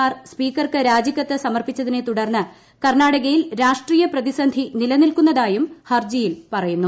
മാർ സ്പീക്കർക്ക് രാജികത്ത് സമർപ്പിച്ചതിനെ തുടർന്ന് കർണാടകയിൽ രാഷ്ട്രീയ പ്രതിസന്ധി നിലനിൽക്കുകയാണെന്നും ഹർജിയിൽ പറയുന്നു